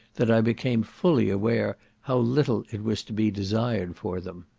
that i became fully aware how little it was to be desired for them.